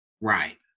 Right